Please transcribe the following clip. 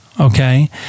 Okay